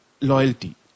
loyalty